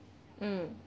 mm